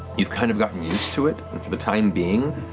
you've kind of gotten used to it, and for the time being,